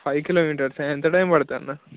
five kilometres ఎంత time పడుతుందన్న